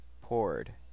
poured